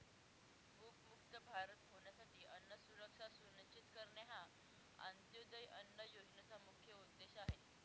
भूकमुक्त भारत होण्यासाठी अन्न सुरक्षा सुनिश्चित करणे हा अंत्योदय अन्न योजनेचा मुख्य उद्देश आहे